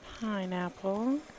pineapple